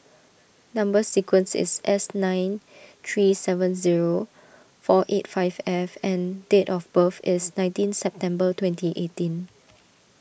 Number Sequence is S nine three seven zero four eight five F and date of birth is nineteen September twenty eighteen